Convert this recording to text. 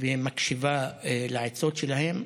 ומקשיבה לעצות שלהם.